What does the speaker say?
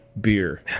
beer